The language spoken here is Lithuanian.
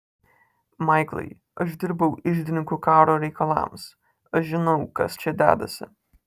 maiklai aš dirbau iždininku karo reikalams aš žinau kas čia dedasi